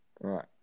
Right